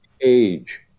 age